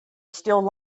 still